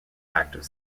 active